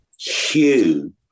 Hugh